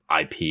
IP